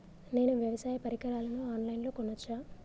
నేను వ్యవసాయ పరికరాలను ఆన్ లైన్ లో కొనచ్చా?